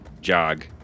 jog